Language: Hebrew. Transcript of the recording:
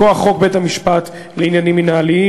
מכוח חוק בית-משפט לעניינים מינהליים,